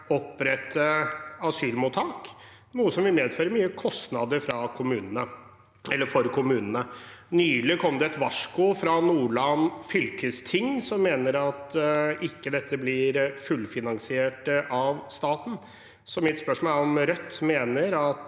opprette asylmottak, noe som vil medføre mye kostnader for kommunene. Nylig kom det et varsko fra Nordland fylkesting, som mener at dette ikke blir fullfinansiert av staten. Mitt spørsmål er om Rødt mener at